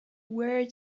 word